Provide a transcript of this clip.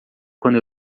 quando